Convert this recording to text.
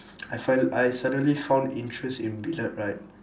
I fin~ I suddenly found interest in billiard right